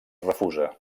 refusa